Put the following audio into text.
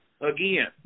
again